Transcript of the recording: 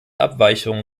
abweichungen